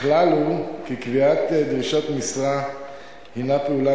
כלל הוא שקביעת דרישות משרה הינה פעולה